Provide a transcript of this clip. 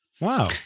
Wow